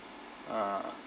uh